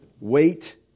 wait